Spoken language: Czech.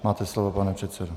Máte slovo, pane předsedo.